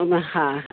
ہاں